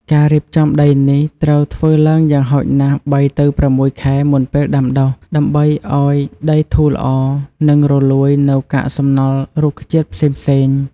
ការរៀបចំដីនេះត្រូវធ្វើឡើងយ៉ាងហោចណាស់ ៣ ទៅ ៦ ខែមុនពេលដាំដុះ ដើម្បីឱ្យដីធូរល្អ និងរលួយនូវកាកសំណល់រុក្ខជាតិផ្សេងៗ។